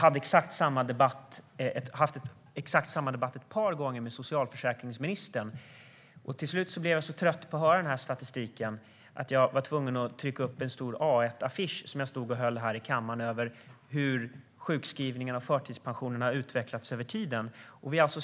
Jag har haft exakt samma debatt ett par gånger med socialförsäkringsministern. Till slut blev jag så trött på att höra den här statistiken att jag var tvungen att trycka upp en stor A1-affisch, som jag stod och höll här i kammaren, över hur sjukskrivningarna och förtidspensionerna utvecklats över tiden.